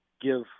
give